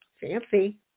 Fancy